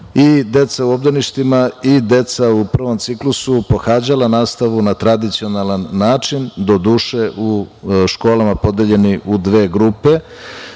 i deca u obdaništima i deca u prvom ciklusu pohađala nastavu na tradicionalan način, doduše u školama podeljeni u dve grupe.